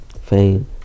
fame